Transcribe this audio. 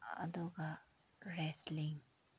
ꯑꯗꯨꯒ ꯔꯦꯁꯂꯤꯡ